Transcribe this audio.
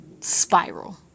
spiral